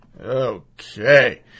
Okay